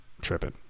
tripping